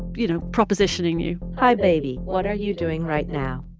you know, propositioning you hi, baby. what are you doing right now?